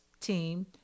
team